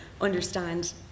understand